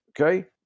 okay